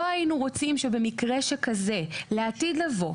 לא היינו רוצים שבמקרה כזה, לעתיד לבוא,